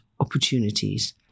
opportunities